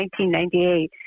1998